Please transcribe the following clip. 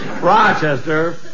Rochester